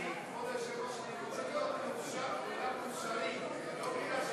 כבוד היושב-ראש, וכולם מאושרים, לא בגלל,